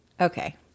Okay